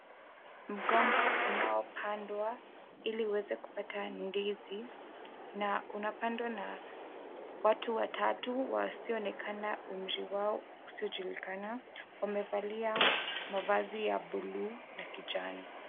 Mgomba unaopandwa ili uweze kupata ndizi na unapandwa na watu watatu wasioonekana, umri wao usiojulikana. Wamevalia mavazi ya bluu na kijani.